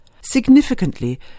Significantly